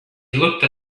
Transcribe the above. looked